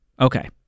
Okay